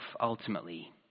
ultimately